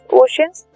oceans